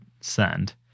send